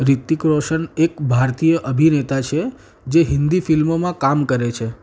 રિતિક રોશન એક ભારતીય અભિનેતા છે જે હિન્દી ફિલ્મોમાં કામ કરે છે